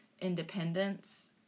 independence